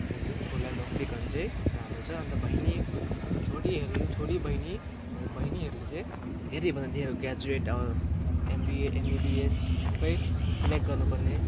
त्यही लागि छोरीलाई नोकरी गर्न चाहिँ राम्रो छ अनि त बहिनी छोरीहरूले छोरी बहिनी बहिनीहरूले चाहिँ धेरैभन्दा धेरै ग्र्याजुएट एमबिए एमबिबिएस सबै क्र्याक गर्नुपर्ने